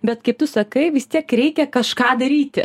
bet kaip tu sakai vis tiek reikia kažką daryti